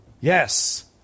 Yes